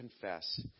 confess